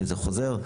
וזה חוזר.